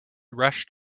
rushed